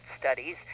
studies